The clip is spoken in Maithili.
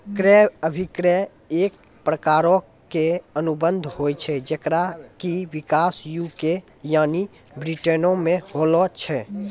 क्रय अभिक्रय एक प्रकारो के अनुबंध होय छै जेकरो कि विकास यू.के यानि ब्रिटेनो मे होलो छै